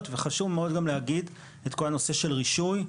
וחשוב מאוד להגיד את כל הנושא של הרישוי,